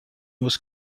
was